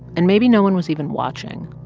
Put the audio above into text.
and maybe no one was even watching.